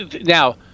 now